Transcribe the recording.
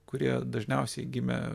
kurie dažniausiai gimę